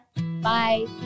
Bye